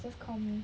just call me